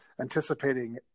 anticipating